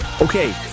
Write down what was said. Okay